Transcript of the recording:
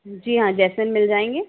जी हाँ जैस्मिन मिल जाएंगे